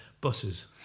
Buses